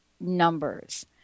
numbers